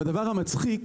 הדבר המצחיק,